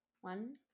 One